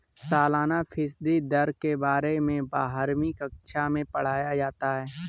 सालाना फ़ीसदी दर के बारे में बारहवीं कक्षा मैं पढ़ाया जाता है